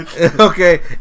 okay